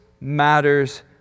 matters